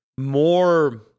More